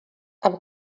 amb